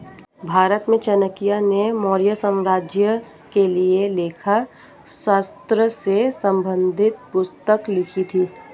भारत में चाणक्य ने मौर्य साम्राज्य के लिए लेखा शास्त्र से संबंधित पुस्तक लिखी थी